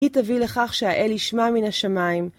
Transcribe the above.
היא תביא לכך שהאל ישמע מן השמיים.